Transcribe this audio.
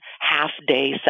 half-day